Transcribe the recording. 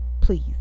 please